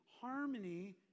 harmony